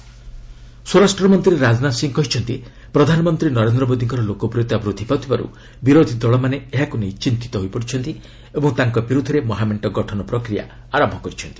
ରାଜନାଥ କୋଚି ସ୍ୱରାଷ୍ଟ୍ରମନ୍ତ୍ରୀ ରାଜନାଥ ସିଂହ କହିଛନ୍ତି ପ୍ରଧାନମନ୍ତ୍ରୀ ନରେନ୍ଦ୍ର ମୋଦିଙ୍କର ଲୋକପ୍ରିୟତା ବୃଦ୍ଧି ପାଉଥିବାରୁ ବିରୋଧୀ ଦଳମାନେ ଏହାକୁ ନେଇ ଚିନ୍ତିତ ହୋଇପଡ଼ିଛନ୍ତି ଓ ତାଙ୍କ ବିରୁଦ୍ଧରେ ମହାମେଣ୍ଟ ଗଠନ ପ୍ରକ୍ରିୟା ଆରମ୍ଭ କରିଛନ୍ତି